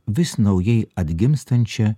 vis naujai atgimstančia